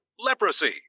leprosy